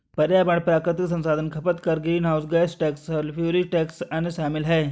पर्यावरण प्राकृतिक संसाधन खपत कर, greenhouse gas tax, sulphuric tax, अन्य शामिल हैं